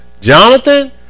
Jonathan